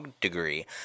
degree